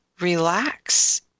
relax